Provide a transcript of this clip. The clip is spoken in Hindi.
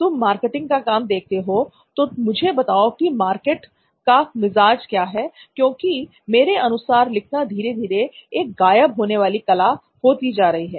तुम मार्केटिंग का काम देखते हो तो मुझे बताओ की मार्केट का मिजाज क्या कहता है क्योंकि मेरे अनुसार लिखना धीरे धीरे एक गायब होने वाली कला होती जा रही है